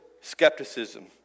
skepticism